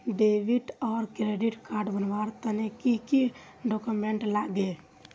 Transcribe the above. Debit आर credit card बनवार तने की की डॉक्यूमेंट लागे?